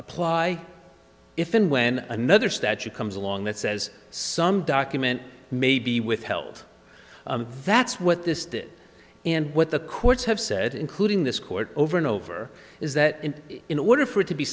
apply if and when another statute comes along that says some document may be withheld that's what this did and what the courts have said including this court over and over is that and in order for it to be